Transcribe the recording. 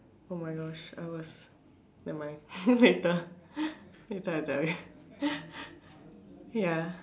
oh my gosh I was nevermind later later I tell you ya